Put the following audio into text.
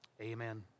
Amen